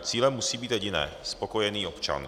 Cílem musí být jediné, spokojený občan.